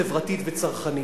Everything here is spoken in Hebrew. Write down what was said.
חברתית וצרכנית,